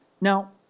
Now